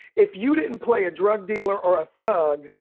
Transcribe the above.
if you didn't play a drug dealer or a thug,